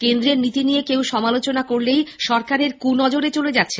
কেন্দ্রের নীতি নিয়ে কেউ সমালোচনা করলেই সরকারের কুনজরে চলে যাচ্ছেন